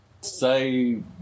Say